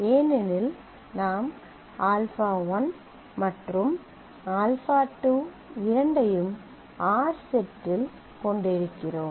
ஏனெனில் நாம் α1 மற்றும் α2 இரண்டையும் r செட்டில் கொண்டிருக்கிறோம்